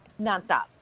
nonstop